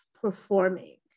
performing